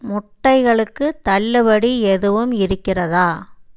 முட்டைகளுக்கு தள்ளுபடி எதுவும் இருக்கிறதா